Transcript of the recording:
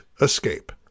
escape